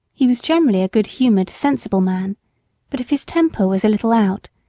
he was generally a good-humored, sensible man but if his temper was a little out,